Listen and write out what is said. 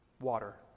Water